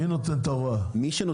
מי שקובע,